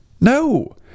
no